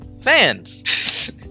Fans